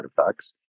effects